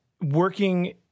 working